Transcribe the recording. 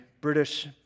British